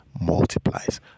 multiplies